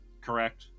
correct